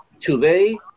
Today